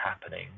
happening